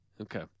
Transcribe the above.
Okay